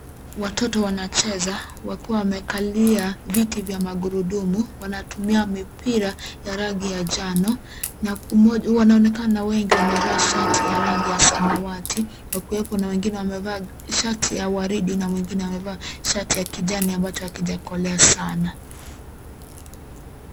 Watoto wanacheza wakiwa wamekalia viti vya magurudumu. Wanatumia mipira ya rangi ya njano na wanaonekana wengi wamevaa shati ya rangi ya samawati kwa kuwepo na wengine wamevaa shati ya waridi na mwingine amevaa shati ya kijani ambacho hakijakolea sana.